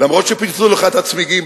אף-על-פי שפינצ'רו לך את הצמיגים.